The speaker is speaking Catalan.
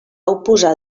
oposar